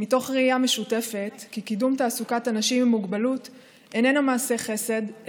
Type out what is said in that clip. מתוך ראייה משותפת כי קידום תעסוקת אנשים עם מוגבלות איננה מעשה חסד,